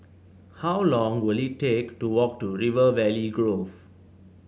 how long will it take to walk to River Valley Grove